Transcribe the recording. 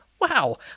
wow